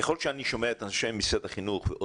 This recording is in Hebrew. ככל שאני שומע את אנשי משרד החינוך ושוב,